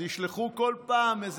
אז ישלחו כל פעם, זה